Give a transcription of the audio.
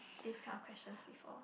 this kind of question before